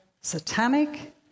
satanic